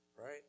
right